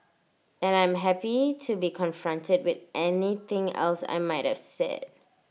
and I'm happy to be confronted with anything else I might have said